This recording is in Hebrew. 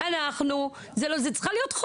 אנחנו צריכים לדרוש כחברי כנסת וככנסת.